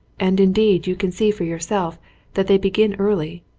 and indeed you can see for yourself that they begin early,